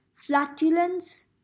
flatulence